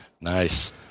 Nice